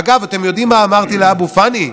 אגב, אתם יודעים מה אמרתי לאבו פאני?